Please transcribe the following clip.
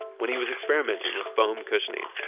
when he was experimenting with foam cushioning,